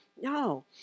No